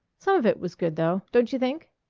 some of it was good, though, don't you think?